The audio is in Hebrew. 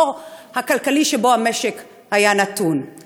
ולכן הקפיא את כל העניין של עדכון קצבאות הנכים.